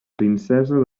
princesa